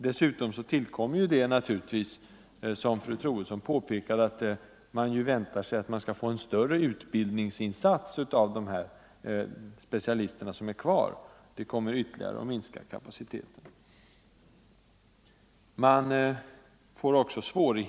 Dessutom tillkommer, som fru Troedsson påpekade, att det förväntas en större utbildningsinsats av de specialister som är kvar. Det kommer att ytterligare minska vårdkapaciteten.